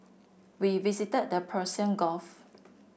we visited the Persian Gulf